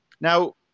Now